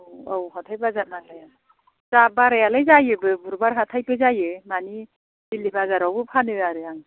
औ हाथाय बाजार नांलाया बारायालाय जायो बुधबार हाथायाबो जायो माने डेलि बाजारावबो फानो आरो आं